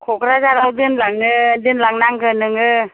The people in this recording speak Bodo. क'क्राझाराव दोनलांनो दोनलांनांगोन नोङो